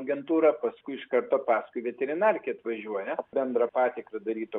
agentūra paskui iš karto paskui veterinarkė tvažiuoja bendrą patikrą daryt